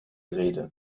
rede